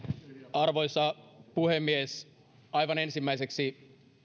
arvoisa puhemies aivan ensimmäiseksi